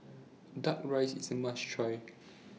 Duck Rice IS A must Try